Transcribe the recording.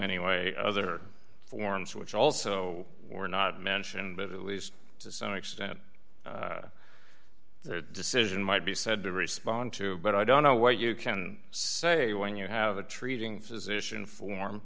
anyway other forms which also were not mentioned but at least to some extent the decision might be said to respond to but i don't know what you can say when you have a treating physician form